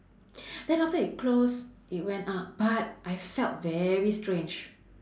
then after that it close it went up but I felt very strange